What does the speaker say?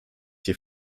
hier